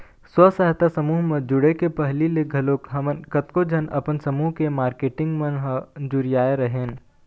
स्व सहायता समूह म जुड़े के पहिली ले घलोक हमन कतको झन अपन समूह के मारकेटिंग मन ह जुरियाय रेहेंन